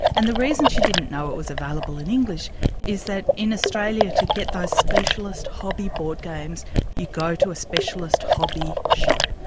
and the reason she didn't know it was available in english is that in australia, to get those specialist hobby board games you go to a specialist hobby shop,